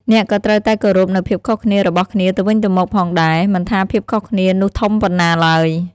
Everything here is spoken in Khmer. អ្នកក៏ត្រូវតែគោរពនូវភាពខុសគ្នារបស់គ្នាទៅវិញទៅមកផងដែរ មិនថាភាពខុសគ្នានោះធំប៉ុណ្ណាឡើយ។